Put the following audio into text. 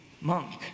monk